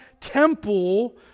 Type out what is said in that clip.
temple